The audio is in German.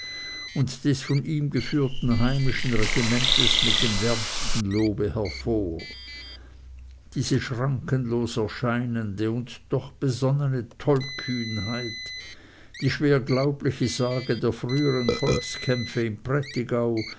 und des von ihm geführten heimischen regimentes mit dem wärmsten lobe hervor diese schrankenlos erscheinende und doch besonnene tollkühnheit die schwer glaubliche sage der frühern volkskämpfe im